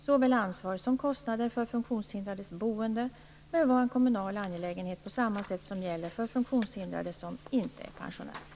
Såväl ansvar som kostnader för funktionshindrades boende bör vara en kommunal angelägenhet på samma sätt som gäller för funktionshindrade som inte är pensionärer.